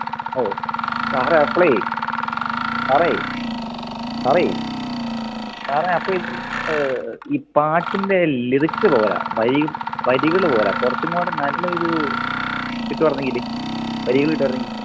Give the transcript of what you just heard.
ഓ സാറേ അപ്പോഴേ സാറേ സാറേ സാറേ അപ്പോള് ഈ പാട്ടിൻ്റെ ലിറിക്ക്സ് പോരാ വരിയും വരികള് പോരാ കുറച്ചുംകൂടെ നല്ലൊരു കിട്ടുകയായിരുന്നെങ്കില് വരികള് കിട്ടുകയായിരുന്നുവെങ്കില്ഇപ്പോള്